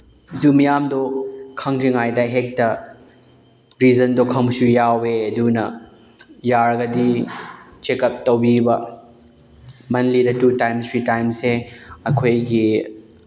ꯏꯗꯨ ꯃꯌꯥꯝꯗꯣ ꯈꯪꯗ꯭ꯔꯤꯉꯩꯗ ꯍꯦꯛꯇ ꯔꯤꯖꯟꯗꯣ ꯈꯪꯕꯁꯨ ꯌꯥꯎꯋꯦ ꯑꯗꯨꯅ ꯌꯥꯔꯒꯗꯤ ꯆꯦꯀꯞ ꯇꯧꯕꯤꯕ ꯃꯟꯂꯤꯗ ꯇꯨ ꯇꯥꯏꯝꯁ ꯊ꯭ꯔꯤ ꯇꯥꯏꯝꯁꯦ ꯑꯩꯈꯣꯏꯒꯤ